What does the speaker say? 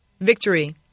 victory